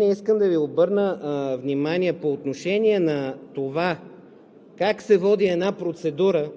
Искам да Ви обърна внимание по отношение на това как се води една процедура